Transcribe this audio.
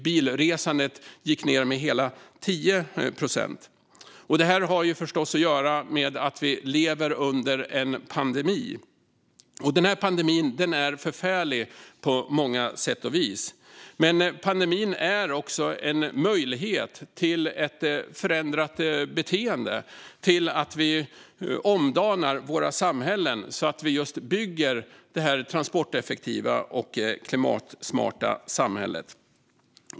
Bilresandet gick ned med hela 10 procent. Det har förstås att göra med att det pågår en pandemi. Pandemin är förfärlig på många sätt och vis. Men den är också en möjlighet till ett förändrat beteende, till att omdana våra samhällen och bygga just det transporteffektiva och klimatsmarta samhället.